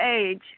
age